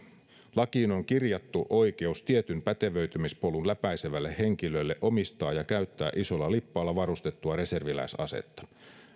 lakiin on kirjattu oikeus tietyn pätevöitymispolun läpäisevälle henkilölle omistaa ja käyttää isolla lippaalla varustettua reserviläisasetta